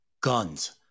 guns